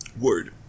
Word